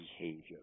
behavior